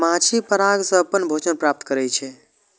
माछी पराग सं अपन भोजन प्राप्त करै छै